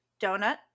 Donut